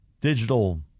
digital